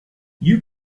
you